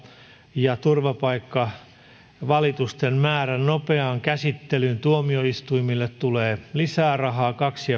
ja turvapaikkavalitusten määrän nopeaan käsittelyyn tuomioistuimille tulee lisää rahaa kaksi